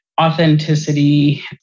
authenticity